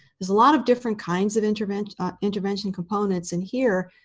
there's a lot of different kinds of intervention intervention components. and here,